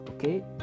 Okay